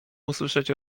usłyszeć